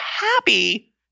happy